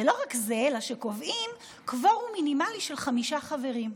ולא רק זה אלא שקובעים קוורום מינימלי של חמישה חברים,